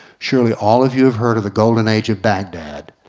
surely all of you have heard of the golden age of bagdad.